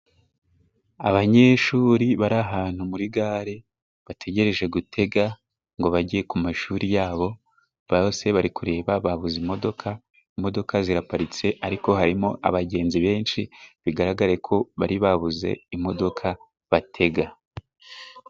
Abanyeshuri bari ahantu muri gare bategereje gutega ngo bajye ku mashuri yabo, bose bari kureba babuze imodoka, imodoka ziraparitse ariko harimo abagenzi benshi bigaragare ko bari babuze imodoka batega.